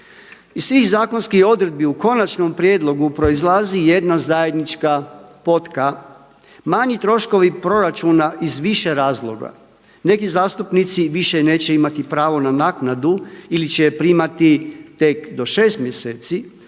Iz svih zakonskih odredbi u konačnom prijedlogu proizlazi jedna zajednička potka, manji troškovi proračuna iz više razloga, neki zastupnici više neće imati pravo na naknadu ili će je primati tek do 6 mjeseci